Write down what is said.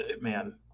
man